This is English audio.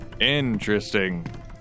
Interesting